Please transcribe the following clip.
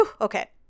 okay